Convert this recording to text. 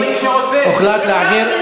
ההצעה להעביר את הנושא